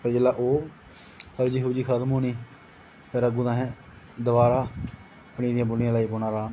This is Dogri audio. ते जेल्लै ओह् सब्ज़ी खत्म होनी ते फिर असें दोबारा भिंडियां लग्गी पौना राह्ना